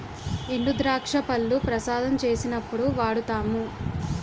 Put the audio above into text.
ఎండుద్రాక్ష పళ్లు ప్రసాదం చేసినప్పుడు వాడుతాము